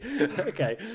Okay